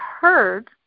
heard